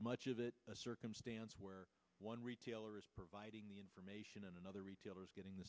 much of it a circumstance where one retailer is providing the information and another retailers getting the